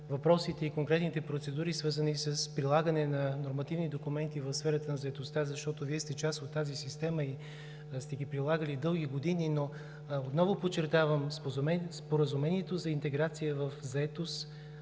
въпросите и конкретните процедури, свързани с прилагане на нормативни документи в сферата на заетостта, защото Вие сте част от тази система и сте ги прилагали дълги години. Отново подчертавам, споразумението за интеграция в заетост